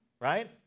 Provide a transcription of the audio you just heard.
right